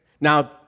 Now